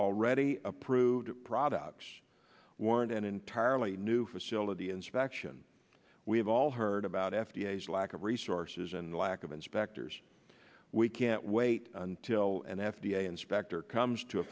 already approved products warrant an entirely new facility inspection we've all heard about f d a s lack of resources and the lack of inspectors we can't wait until an f d a inspector comes to a